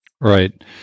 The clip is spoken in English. Right